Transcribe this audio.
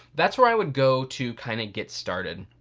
that's where i would go to kind of get started.